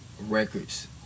records